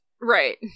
Right